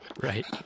Right